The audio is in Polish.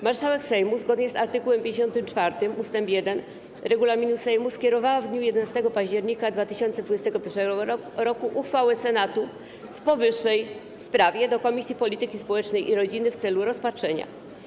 Marszałek Sejmu zgodnie z art. 54 ust. 1 regulaminu Sejmu skierowała w dniu 11 października 2021 r. uchwałę Senatu w powyższej sprawie do Komisji Polityki Społecznej i Rodziny w celu rozpatrzenia.